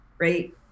right